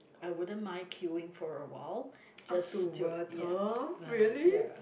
I wouldn't mind queuing for a while just to ya uh ya